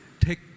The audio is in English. take